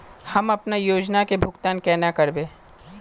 हम अपना योजना के भुगतान केना करबे?